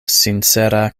sincera